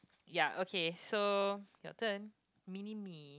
ya okay so your turn mini me